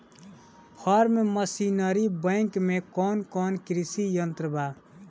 Form machinery bank में कौन कौन कृषि यंत्र बा?